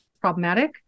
problematic